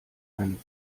ein